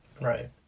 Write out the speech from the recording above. Right